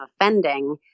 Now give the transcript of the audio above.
offending